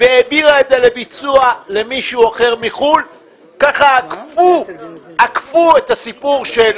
והעבירה את זה לביצוע למישהו אחר מחוץ לארץ כך עקפו את הסיפור של